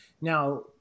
Now